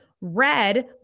red